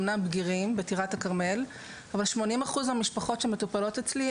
אמנם בגירים בטירת הכרמל אבל 80% מהמשפחות שמטופלות אצלי,